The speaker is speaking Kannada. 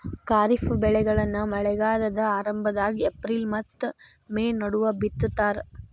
ಖಾರಿಫ್ ಬೆಳೆಗಳನ್ನ ಮಳೆಗಾಲದ ಆರಂಭದಾಗ ಏಪ್ರಿಲ್ ಮತ್ತ ಮೇ ನಡುವ ಬಿತ್ತತಾರ